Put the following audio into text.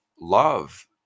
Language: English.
love